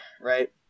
right